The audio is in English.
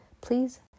Please